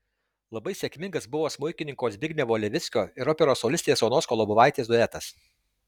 labai sėkmingas buvo smuikininko zbignevo levickio ir operos solistės onos kolobovaitės duetas